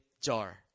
jar